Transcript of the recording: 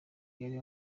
yari